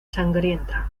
sangrienta